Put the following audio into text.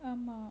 ya